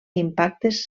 impactes